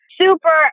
super